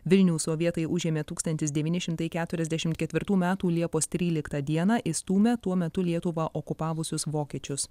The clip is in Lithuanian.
vilnių sovietai užėmė tūkstantis devyni šimtai keturiasdešimt ketvirtų metų liepos tryliktą dieną išstūmę tuo metu lietuvą okupavusius vokiečius